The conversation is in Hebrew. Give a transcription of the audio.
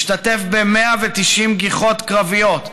הוא השתתף ב-190 גיחות קרביות,